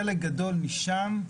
חלק גדול משם,